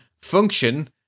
function